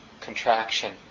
contraction